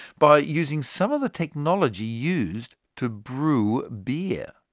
by using some of the technology used to brew beer.